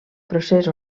procés